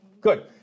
Good